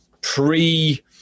pre